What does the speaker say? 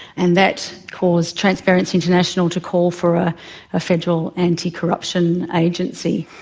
and that caused transparency international to call for a federal anticorruption agency.